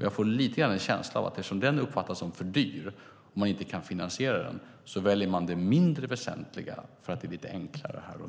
Jag får lite grann en känsla av att eftersom ett avskaffande av den uppfattas som för dyrt och man inte kan finansiera det väljer man det mindre väsentliga för att det är lite enklare här och nu.